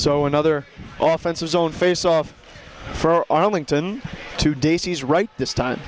so another officer's own face off for arlington to daisy's right this time